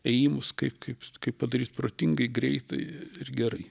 ėjimus kaip kaip kaip padaryt protingai greitai ir gerai